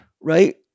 Right